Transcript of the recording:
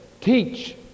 teach